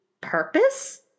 purpose